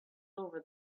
over